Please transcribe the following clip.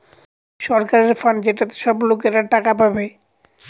সরকারের ফান্ড যেটাতে সব লোকরা টাকা পাবে